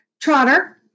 Trotter